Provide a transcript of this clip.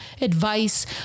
advice